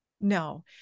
No